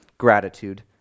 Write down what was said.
gratitude